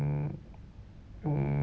mm mm